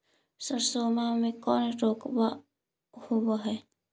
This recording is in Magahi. सरसोबा मे कौन रोग्बा होबय है?